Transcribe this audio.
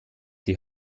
die